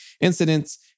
incidents